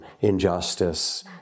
injustice